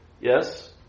yes